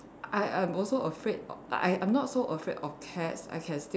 I am also afraid I I'm not so afraid of cats I can still